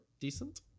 decent